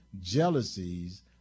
jealousies